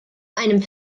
einem